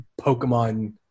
Pokemon